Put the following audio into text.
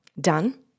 done